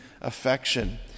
affection